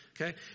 Okay